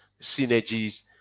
synergies